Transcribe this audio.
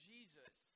Jesus